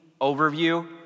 overview